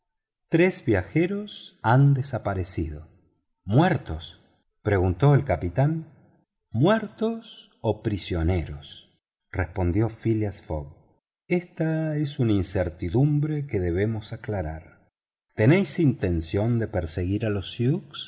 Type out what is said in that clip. tres viajeros han desaparecido muertos preguntó el capitán muertos o prisioneros respondió phileas fogg esta es una incertidumbre que debemos aclarar tenéis intención de perseguir a los